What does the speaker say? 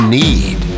need